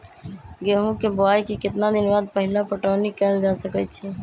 गेंहू के बोआई के केतना दिन बाद पहिला पटौनी कैल जा सकैछि?